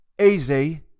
Easy